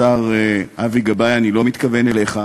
השר אבי גבאי, אני לא מתכוון אליך,